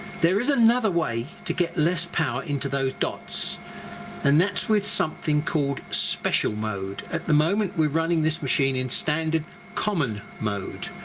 there is another way to get less power into those dots and that's with something called special mode, at the moment we're running this machine in standard common mode.